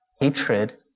hatred